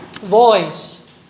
Voice